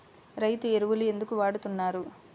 రైతు ఎరువులు ఎందుకు వాడుతున్నారు?